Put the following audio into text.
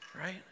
right